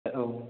औ